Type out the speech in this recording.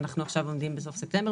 ואנחנו עכשיו עומדים בסוף ספטמבר,